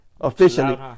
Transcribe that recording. Officially